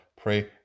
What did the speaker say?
pray